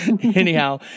anyhow